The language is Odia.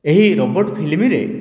ଏହି ରୋବୋଟ ଫିଲ୍ମରେ